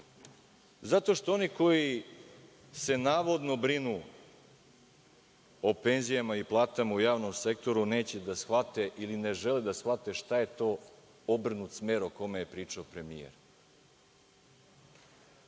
Zato što oni koji se navodno brinu o penzijama i platama u javnom sektoru neće da shvate ili ne žele da shvate šta je to obrnut smer o kome je pričao premijer. Kada